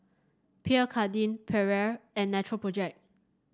Pierre Cardin Perrier and Natural Project